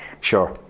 Sure